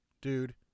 Dude